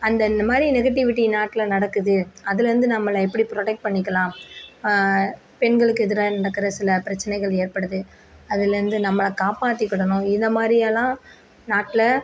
and அந்த மாதிரி negativity நாட்டில் நடக்குது அதுலேந்து நம்மளை எப்படி ப்ரொடெக்ட் பண்ணிக்கலாம் பெண்களுக்கு எதிராக நடக்கிற சில பிரச்சனைகள் ஏற்படுது அதுலேருந்து நம்மளை காப்பாத்திக்கிணும் இது மாதிரியெல்லாம் நாட்டில்